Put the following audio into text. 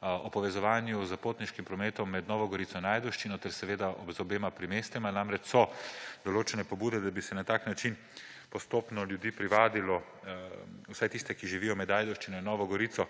o povezovanju s potniškim prometom med Novo Gorico in Ajdovščino ter z obema primestjema? Namreč, so določene pobude, da bi se na tak način postopno ljudi privadilo, vsaj tiste, ki živijo med Ajdovščino in Novo Gorico,